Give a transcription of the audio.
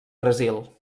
brasil